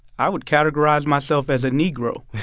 i would categorize myself as a negro